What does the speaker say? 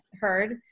heard